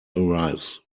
arrives